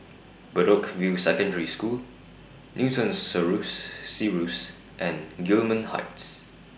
Bedok View Secondary School Newton Cirus and Gillman Heights